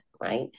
right